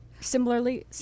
similarly